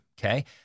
okay